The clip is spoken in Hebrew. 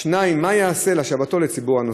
2. מה ייעשה להשבתו לציבור הנוסעים?